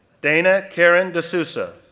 dana karen desousa,